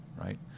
right